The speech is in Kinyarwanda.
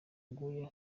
aguye